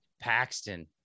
Paxton